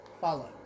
Follows